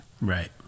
Right